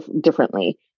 differently